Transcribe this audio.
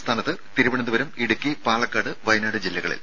സംസ്ഥാനത്ത് തിരുവനന്തപുരം ഇടുക്കി പാലക്കാട് വയനാട് ജില്ലകളിൽ